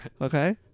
Okay